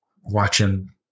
watching